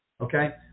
okay